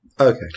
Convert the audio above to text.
Okay